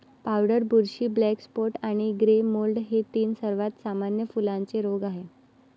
powder बुरशी, black spot आणि grey mould हे तीन सर्वात सामान्य फुलांचे रोग आहेत